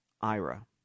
IRA